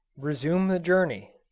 resume the journey